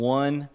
one